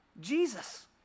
Jesus